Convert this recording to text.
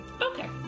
Okay